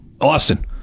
austin